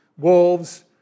wolves